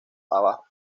abajo